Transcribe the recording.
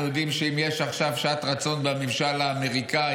אנחנו יודעים שאם יש עכשיו שעת רצון בממשל האמריקאי,